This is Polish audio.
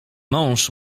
mąż